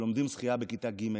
שלומדים שחייה בכיתה ג'.